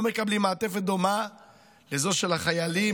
לא מקבלים מעטפת דומה לזו של החיילים,